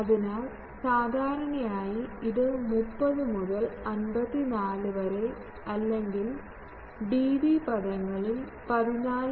അതിനാൽ സാധാരണയായി ഇത് 30 മുതൽ 54 വരെ അല്ലെങ്കിൽ ഡിബി പദങ്ങളിൽ 14